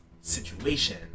situation